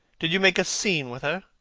did you make a scene with her?